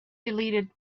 deleted